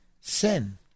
sin